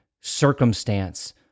circumstance